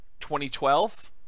2012